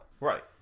Right